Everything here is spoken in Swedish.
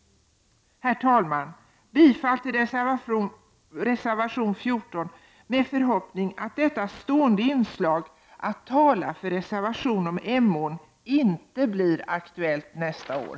Herr talman! Jag yrkar bifall till reservation 14 med förhoppningen att detta stående inslag att tala för en reservation om Emån inte blir aktuellt nästa år.